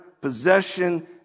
possession